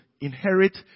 inherit